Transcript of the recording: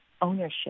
ownership